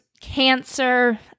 cancer